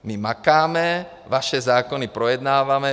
My makáme, vaše zákony projednáváme.